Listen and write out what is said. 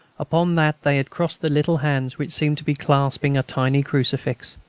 upon that they had crossed the little hands, which seemed to be clasping a tiny crucifix.